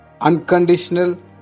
unconditional